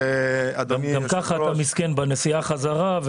גם ככה אתה מסכן בנסיעה חזרה,